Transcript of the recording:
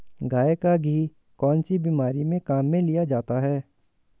गाय का घी कौनसी बीमारी में काम में लिया जाता है?